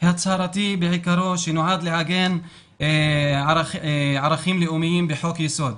הצהרתי בעיקרו שנועד להגן ערכים לאומיים וחוק יסוד.